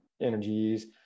energies